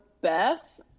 Beth